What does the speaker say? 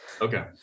Okay